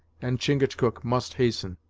and chingachgook must hasten.